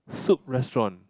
Soup Restaurant